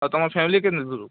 ଆଉ ତୁମ ଫ୍ୟାମିଲି କେତେ ଦୂର